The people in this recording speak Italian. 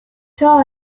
ciò